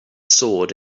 sword